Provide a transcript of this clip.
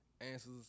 answers